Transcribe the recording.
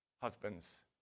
Husbands